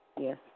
Yes